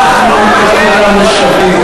הפכנו את כולם לשווים.